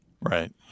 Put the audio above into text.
right